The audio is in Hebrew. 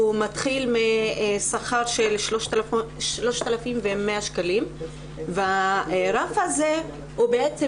הוא מתחיל משכר של 3,100 שקלים והרף הזה הוא בעצם,